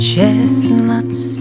Chestnuts